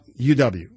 UW